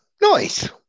Nice